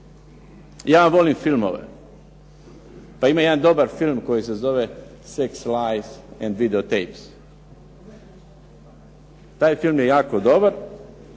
Ja volim filmove, pa ima jedan dobar film koji se zove "Sex, lies and videotapes". Taj film je jako dobar,